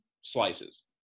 slices